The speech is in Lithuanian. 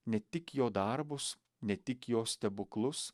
ne tik jo darbus ne tik jo stebuklus